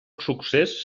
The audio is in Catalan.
succés